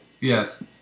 yes